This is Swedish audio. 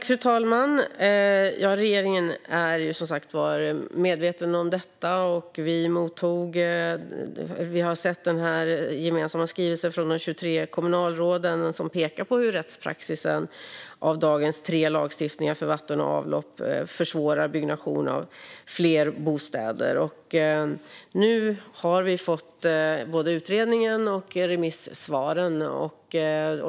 Fru talman! Regeringen är medveten om detta. Vi har sett den gemensamma skrivelsen från de 23 kommunalråden som pekar på att rättspraxis av dagens tre lagstiftningar för vatten och avlopp försvårar byggnation av fler bostäder. Nu har vi fått både utredningen och remissvaren.